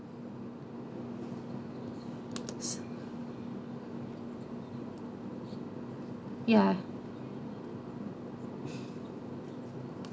ya